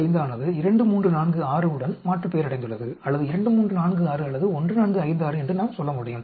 1235 ஆனது 2346 உடன் மாற்றுப்பெயர் அடைந்துள்ளது அல்லது 2346 அல்லது 1456 என்று நாம் சொல்ல முடியும்